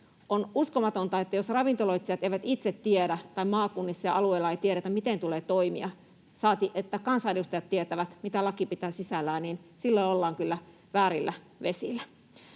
On uskomatonta, jos ravintoloitsijat eivät itse tiedä tai maakunnissa ja alueilla ei tiedetä, miten tulee toimia, saati että kansanedustajat tietävät, mitä laki pitää sisällään. Silloin ollaan kyllä väärillä vesillä.